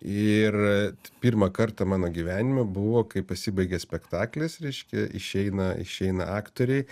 ir pirmą kartą mano gyvenime buvo kai pasibaigė spektaklis reiškia išeina išeina aktoriai